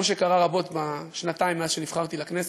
כמו שקרה רבות בשנתיים מאז שנבחרתי לכנסת.